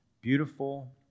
beautiful